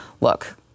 look